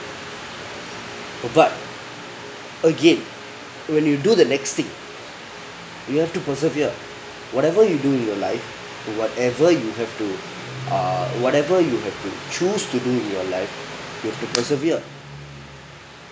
but again wen you do the next thing you have to persevere whatever you do in your life whatever you have to uh whatever you have to choose to do in your life you have to persevere